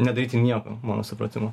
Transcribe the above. nedaryti nieko mano supratimu